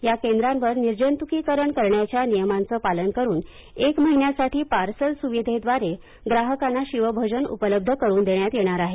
या केंद्रावर निर्जंतुकिकरण करण्याच्या नियमांच पालन करुन एक महिन्यासाठी पार्सल सुविधेव्दारे ग्राहकांना शिवभोजन उपलब्ध करुन देण्यात येणार आहे